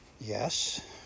yes